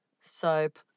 soap